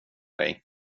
dig